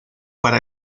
para